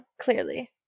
Clearly